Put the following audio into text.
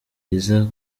riza